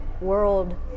World